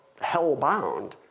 hell-bound